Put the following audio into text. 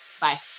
bye